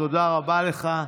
תודה רבה לך.